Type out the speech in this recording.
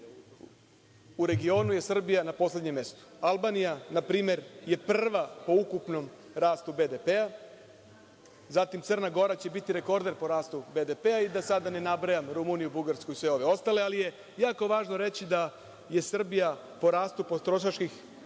u regionu je Srbija na poslednjem mestu. Albanija, na primer, je prva po ukupnom rastu BDP-a, zatim Crna Gora će biti rekorder po rastu BDP-a, i da sada ne nabrajam Rumuniju, Bugarsku i sve ove ostale. Ali, jako je važno reći da je Srbija po rastu potrošačkih